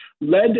led